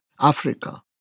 Africa